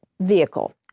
vehicle